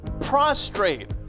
prostrate